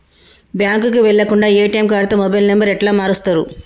బ్యాంకుకి వెళ్లకుండా ఎ.టి.ఎమ్ కార్డుతో మొబైల్ నంబర్ ఎట్ల మారుస్తరు?